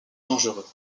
dangereux